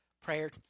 prayer